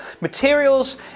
materials